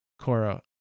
Korra